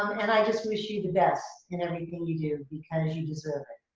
and i just wish you the best in everything you do because you deserve it.